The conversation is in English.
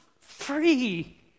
free